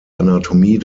anatomie